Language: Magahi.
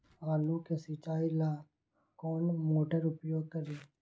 आलू के सिंचाई ला कौन मोटर उपयोग करी?